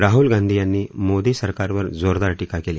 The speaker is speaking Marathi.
राहूल गांधी यांनी मोदी सरकारवर जोरदार टीका केली